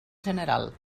general